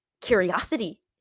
curiosity